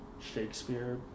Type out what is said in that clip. shakespeare